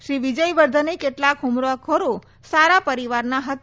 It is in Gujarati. શ્રી વિજય વર્ધને કેટલાક હુમલાખોરો સારા પરિવારના હતા